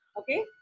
Okay